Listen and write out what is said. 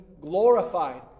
glorified